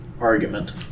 argument